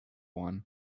one